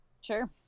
Sure